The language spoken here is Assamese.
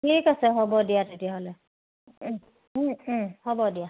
ঠিক আছে হ'ব দিয়া তেতিয়াহ'লে হ'ব দিয়া